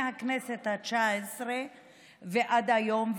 מהכנסת התשע-עשרה ועד היום.